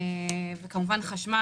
וכמובן חשמל.